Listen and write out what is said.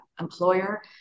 employer